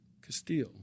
Castile